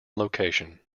location